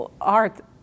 art